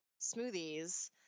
smoothies